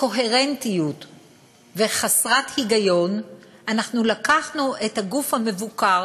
קוהרנטיות וחסרת היגיון אנחנו לקחנו את הגוף המבוקר,